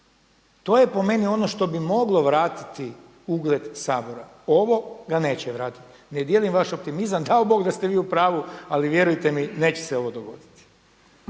To je po meni ono što bi moglo vratiti ugled Sabora. Ovo ga neće vratiti. Ne dijelim vaš optimizam, dao Bog da ste vi u pravu ali vjerujte mi neće se ovo dogoditi.